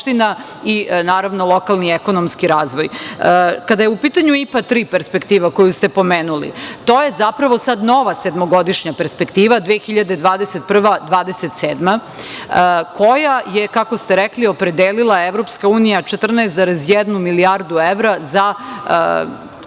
i naravno lokalni ekonomski razvoj. Kada je u pitanju IPA III perspektiva koju ste pomenuli, to je zapravo sada nova sedmogodišnja perspektiva 2021-2027, koju je, kako ste rekli, opredelila Evropska unija – 14,1 milijardu evra za